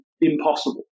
impossible